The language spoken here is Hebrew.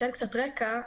אתן קצת רקע.